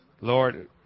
Lord